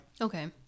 Okay